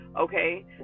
okay